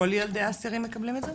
כל ילדי האסירים מקבלים את זה?